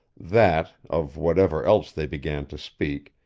that, of whatever else they began to speak,